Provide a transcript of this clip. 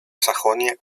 sajonia